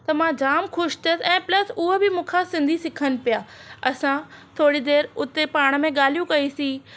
त मां जाम ख़ुशि थियसि ऐं प्लस उहा बि मूं खां सिंधी सिखनि पिया असां थोरी देर हुते पाण में ॻाल्हियूं कईसीं